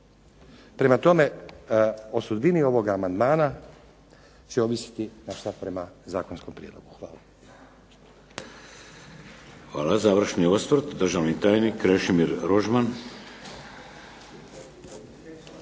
Prema tome, o sudbini ovoga amandmana će ovisiti naš stav prema zakonskom prijedlogu. Hvala.